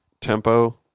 tempo